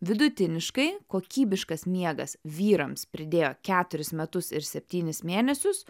vidutiniškai kokybiškas miegas vyrams pridėjo keturis metus ir septynis mėnesius